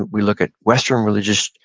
we look at western religious,